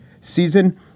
season